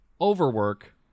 overwork